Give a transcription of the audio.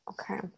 Okay